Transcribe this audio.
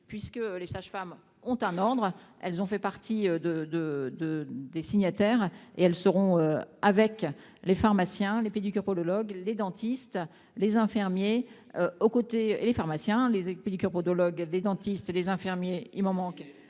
puisque les sages-femmes ont un ordre, elles ont fait partie de, de, de, des signataires et elles seront avec les pharmaciens, les pédicures podologues, les dentistes, les infirmiers aux côtés et les pharmaciens, les équipes pédicure podologue des dentistes, des infirmiers, il m'manque